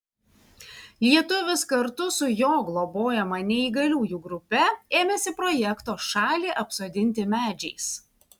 lietuvis kartu su jo globojama neįgaliųjų grupe ėmėsi projekto šalį apsodinti medžiais